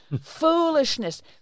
foolishness